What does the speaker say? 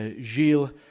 Gilles